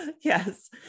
yes